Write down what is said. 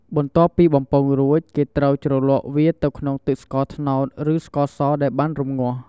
បន្ទាប់ពីបំពងរួច គេត្រូវជ្រលក់វាទៅក្នុងទឹកស្ករត្នោត ឬស្ករសដែលបានរង្ងាស់។